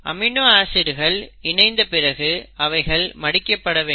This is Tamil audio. அமினோ ஆசிட்கள் இணைந்த பிறகு அவைகள் மடிக்கப்படவேண்டும்